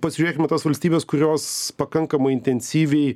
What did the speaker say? pasižiūrėkim į tas valstybes kurios pakankamai intensyviai